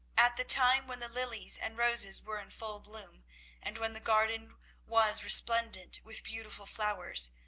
at the time when the lilies and roses were in full bloom and when the garden was resplendent with beautiful flowers,